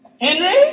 Henry